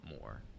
more